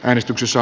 äänestyksessä